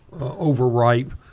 overripe